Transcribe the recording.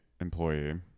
employee